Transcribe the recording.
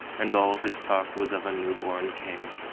and all his talk was of a new-born king,